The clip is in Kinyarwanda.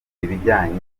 ibijyanye